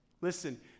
Listen